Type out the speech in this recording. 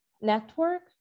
network